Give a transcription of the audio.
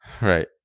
Right